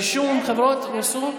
(רישום חברה באופן מקוון),